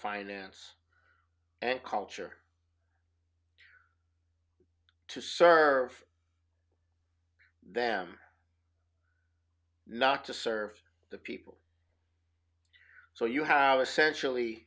finance and culture to serve them not to serve the people so you have essentially